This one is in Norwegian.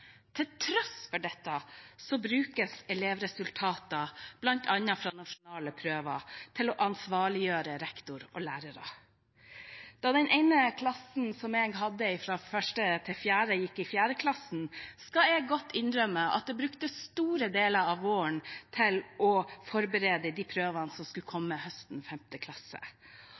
Til tross for dette brukes elevresultater fra bl.a. nasjonale prøver til å ansvarliggjøre rektor og lærere. Da den ene klassen som jeg hadde fra 1.–4. klasse gikk i 4. klasse, skal jeg godt innrømme at jeg brukte store deler av våren til å forberede de prøvene som skulle komme høsten i 5. klasse.